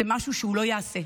זה משהו שלא ייעשה.